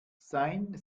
sein